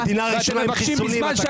המדינה רצתה חיסונים,